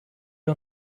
wir